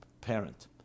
parent